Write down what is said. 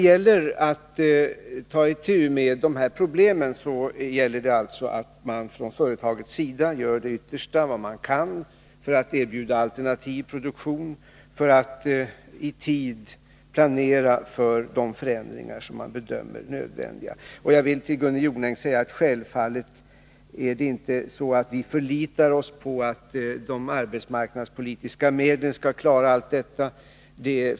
För att ta itu med de här problemen gäller det alltså att man från företagets sida gör sitt yttersta för att erbjuda alternativ produktion, för att i tid planera för de förändringar som man bedömer är nödvändiga. Jag vill till Gunnel Jonäng säga att vi självfallet inte förlitar oss på att de arbetsmarknadspolitiska medlen skall klara allt detta.